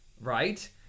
right